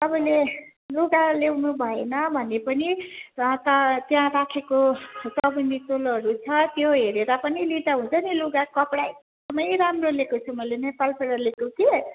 तपाईँले लुगा ल्याउनु भएन भने पनि र त त्यहाँ राखेको चौबन्दी चोलोहरू छ त्यो हेरेर पनि लिँदा हुन्छ नि लुगा कपडा एकदमै राम्रो लिएको छु मैले नेपालबाट लेको कि